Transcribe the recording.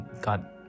God